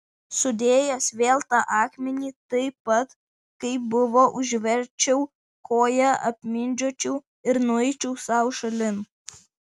sudėjęs vėl tą akmenį taip pat kaip buvo užversčiau koja apmindžiočiau ir nueičiau sau šalin